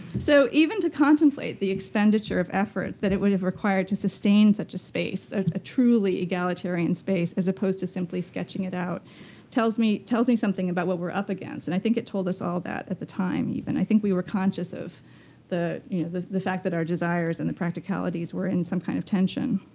so even to contemplate the expenditure of effort that it would have required to sustain such a space a truly egalitarian space, as opposed to simply sketching it out tells me tells me something about what we're up against. and i think it told us all that at the time, even. and i think we were conscious of the you know the fact that our desires and the practicalities were in some kind of tension.